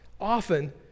often